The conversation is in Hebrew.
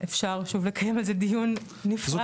אפשר שוב לקיים על זה דיון נפרד.